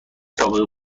سابقه